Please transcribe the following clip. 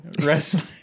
Wrestling